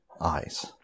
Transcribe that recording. eyes